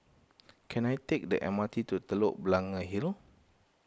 can I take the M R T to Telok Blangah Hill